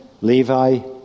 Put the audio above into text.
Levi